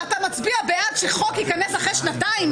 אתה מצביע בעד שחוק יכנס אחרי שנתיים,